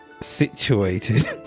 situated